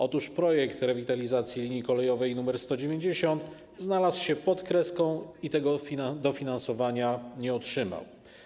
Otóż projekt rewitalizacji linii kolejowej nr 190 znalazł się pod kreską i tego dofinansowania nie otrzymał.